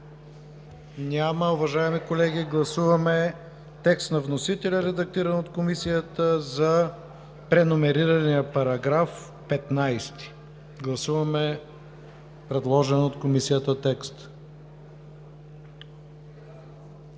Няма. Уважаеми колеги, гласуваме текста на вносителя, редактиран от Комисията за преномерирания § 15. Гласуваме предложения от Комисията текст.